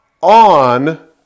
on